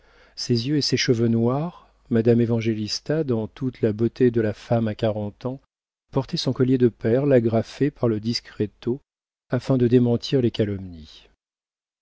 ses yeux et ses cheveux noirs madame évangélista dans toute la beauté de la femme à quarante ans portait son collier de perles agrafé par le discreto afin de démentir les calomnies